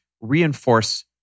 reinforce